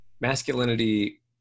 masculinity